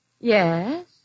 Yes